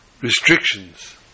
restrictions